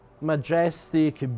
majestic